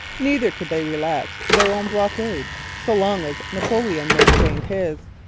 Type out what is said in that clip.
neither could they relax their own blockade so long as napoleon maintained his.